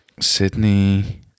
Sydney